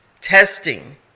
testing